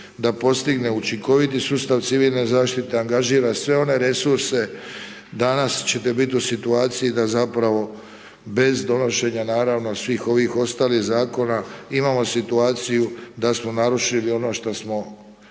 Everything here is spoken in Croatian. da postigne učinkoviti sustav civilne zaštite angažira sve one resurse, danas ćete biti u situaciji da zapravo bez donošenja naravno svih ovih ostalih zakona, imamo situaciju da smo narušili ono što smo